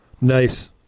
Nice